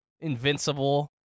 invincible